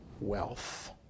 wealth